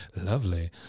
lovely